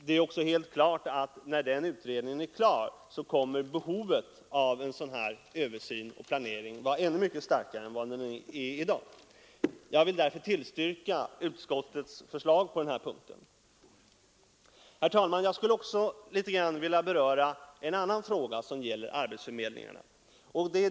Det är också helt klart att när den utredningen är färdig, kommer behovet av en sådan här översyn och planering att vara ännu starkare än vad det är i dag. Jag vill därför tillstyrka utskottets förslag på denna punkt. Herr talman! Jag skulle litet vilja beröra en annan fråga som gäller arbetsförmedlingarna.